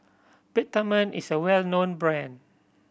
Peptamen is a well known brand